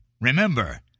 Remember